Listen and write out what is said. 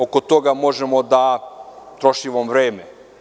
Oko toga možemo da trošimo vreme.